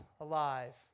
alive